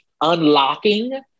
unlocking